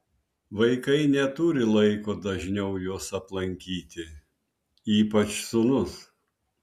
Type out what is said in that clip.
vaikai neturi laiko dažniau jos aplankyti ypač sūnus